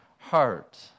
heart